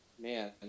man